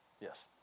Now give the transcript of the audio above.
Yes